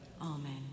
Amen